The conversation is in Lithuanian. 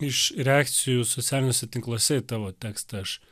iš reakcijų socialiniuose tinkluose į tavo tekstą aš